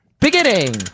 beginning